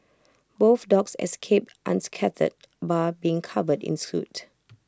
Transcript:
both dogs escaped unscathed bar being covered in soot